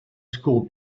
school